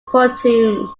pontoons